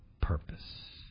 purpose